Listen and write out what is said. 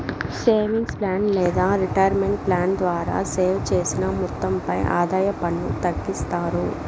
savings plan లేదా retirement plan ద్వారా save చేసిన మొత్తంపై ఆదాయ పన్ను తగ్గిస్తారు